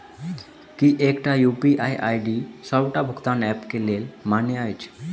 की एकटा UPI ID D सबटा भुगतान ऐप केँ लेल मान्य अछि?